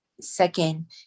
second